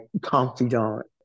confidant